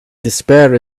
despair